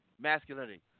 masculinity